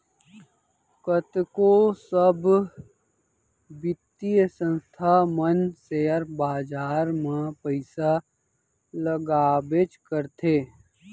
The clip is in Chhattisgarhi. कतको सब बित्तीय संस्था मन सेयर बाजार म पइसा लगाबेच करथे